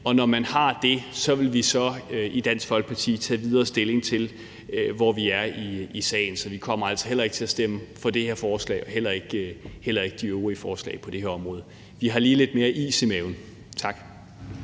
Og når man har gjort det, vil vi så i Dansk Folkeparti tage videre stilling til, hvor vi er i sagen. Så vi kommer altså heller ikke til at stemme for det her forslag og heller ikke de øvrige forslag på det her område. Vi har lige lidt mere is i maven. Tak.